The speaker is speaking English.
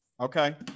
Okay